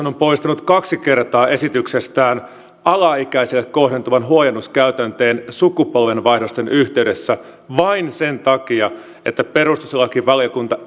on poistanut kaksi kertaa esityksestään alaikäiselle kohdentuvan huojennuskäytänteen sukupolvenvaihdosten yhteydessä vain sen takia että perustuslakivaliokunta